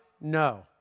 No